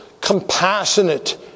compassionate